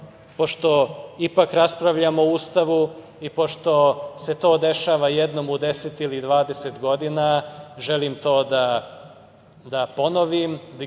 pošto ipak raspravljamo o Ustavu i pošto se to dešava jednom u 10 ili 20 godina, želim to da ponovim,